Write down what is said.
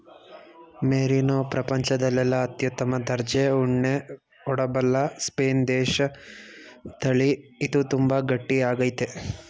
merino ಪ್ರಪಂಚದಲ್ಲೆಲ್ಲ ಅತ್ಯುತ್ತಮ ದರ್ಜೆ ಉಣ್ಣೆ ಕೊಡಬಲ್ಲ ಸ್ಪೇನ್ ದೇಶದತಳಿ ಇದು ತುಂಬಾ ಗಟ್ಟಿ ಆಗೈತೆ